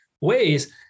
ways